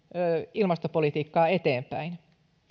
ilmastopolitiikkaa eteenpäin